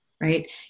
right